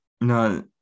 no